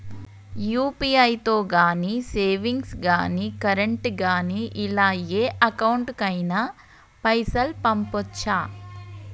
UPI తో savings గాని current గాని ఇలా ఏ అకౌంట్ కైనా పైసల్ పంపొచ్చా?